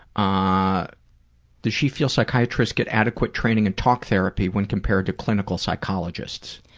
ah does she feels psychiatrists get adequate training and talk therapy when compared to clinical psychologists?